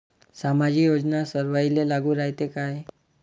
सामाजिक योजना सर्वाईले लागू रायते काय?